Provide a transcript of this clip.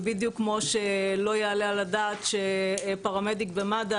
ובדיוק כמו שלא יעלה על הדעת שפרמדיק במד"א